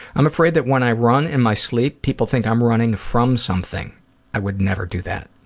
i'm afraid that when i run in my sleep, people think i'm running from something i would never do that.